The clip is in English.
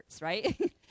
right